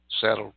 settled